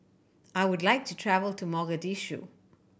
I would like to travel to Mogadishu